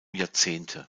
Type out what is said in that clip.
jahrzehnte